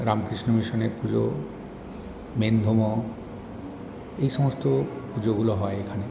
রামকৃষ্ণ মিশনের পুজো এই সমস্ত পুজোগুলো হয় এখানে